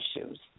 issues